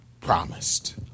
promised